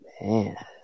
Man